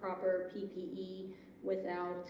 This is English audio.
proper ppe without